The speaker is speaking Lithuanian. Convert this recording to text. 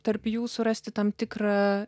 tarp jų surasti tam tikrą